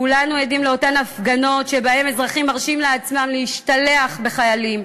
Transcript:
כולנו עדים לאותן הפגנות שבהן אזרחים מרשים לעצמם להשתלח בחיילים,